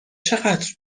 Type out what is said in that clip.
چقدر